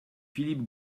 philippe